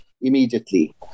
immediately